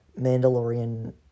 Mandalorian